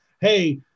hey